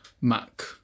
Mac